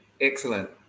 excellent